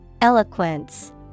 Eloquence